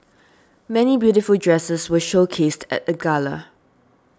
many beautiful dresses were showcased at the gala